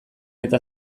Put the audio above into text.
eta